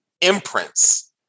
imprints